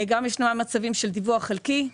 גם מצבים של דיווח חלקי,